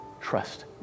trust